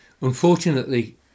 unfortunately